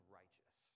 righteous